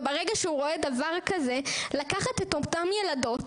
וברגע שהוא רואה דבר כזה לקחת את אותן ילדות,